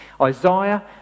Isaiah